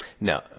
No